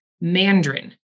Mandarin